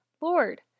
Lord